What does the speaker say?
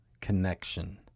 connection